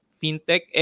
fintech